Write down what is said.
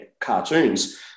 cartoons